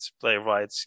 playwright